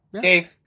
Dave